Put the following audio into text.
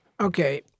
Okay